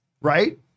right